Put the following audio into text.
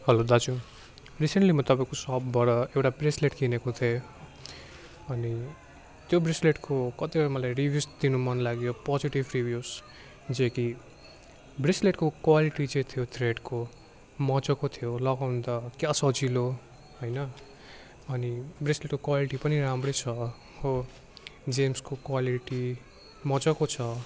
हलो दाजु रिसेन्टली म तपाईँको सपबाट एउटा ब्रेस्लेट किनेको थिएँ अनि त्यो ब्रेसलेटको कतिवटा मलाई रिभ्युस दिनु मन लाग्यो पोजिटिभ रिभ्युस जो कि ब्रिस्लेटको क्वालिटी चाहिँ थियो थ्रेडको मजाको थियो लगाउनु त क्या सजिलो होइन अनि ब्रेस्लेटको क्वालिटी पनि राम्रै छ हो जेम्सको क्वालिटी मजको छ